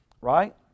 Right